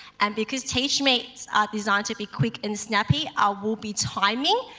and because teachmeets are designed to be quick and snappy i will be timing.